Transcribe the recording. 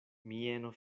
mieno